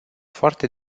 foarte